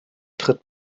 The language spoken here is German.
tritt